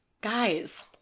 Guys